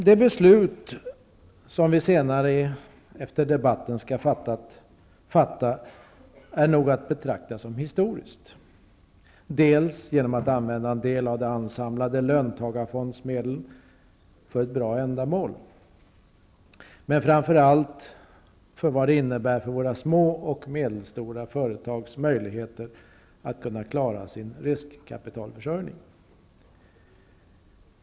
Det beslut som vi efter debatten skall fatta är nog att betrakta som historiskt, dels genom att det innebär att vi använder en del av de ansamlade löntagarfondsmedlen för ett bra ändamål, dels och framför allt genom vad det innebär för våra små och medelstora företags möjligheter att klara sin riskkapitalförsörjning.